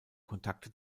kontakte